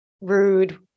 Rude